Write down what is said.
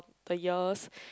the years